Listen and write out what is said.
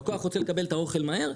לקוח רוצה לקבל את האוכל מהר,